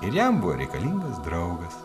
ir jam buvo reikalingas draugas